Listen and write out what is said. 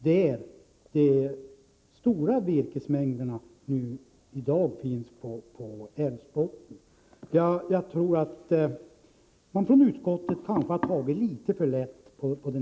Det finns i dag stora virkesmängder på älvens botten.